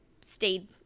stayed